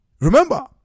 remember